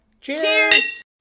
Cheers